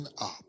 up